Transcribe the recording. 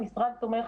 המשרד תומך